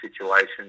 situations